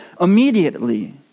immediately